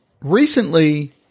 Recently